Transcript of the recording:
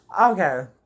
Okay